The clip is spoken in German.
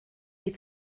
die